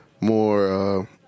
more